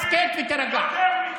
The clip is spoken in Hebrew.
הסכת ותירגע.